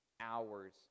hours